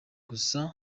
gusa